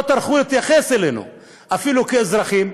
לא טרחו להתייחס אלינו אפילו כאזרחים.